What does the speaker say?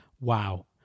Wow